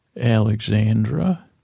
Alexandra